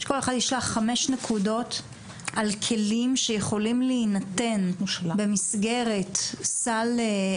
שכל אחד ישלח חמש נקודות על כלים שיכולים להינתן במסגרת סל,